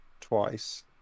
twice